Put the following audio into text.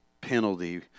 penalty